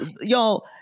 y'all